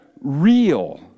real